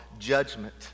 judgment